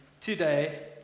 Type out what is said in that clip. today